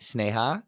Sneha